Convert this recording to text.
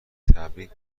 تبریک